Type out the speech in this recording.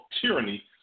tyranny